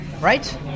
right